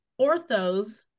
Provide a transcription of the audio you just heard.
orthos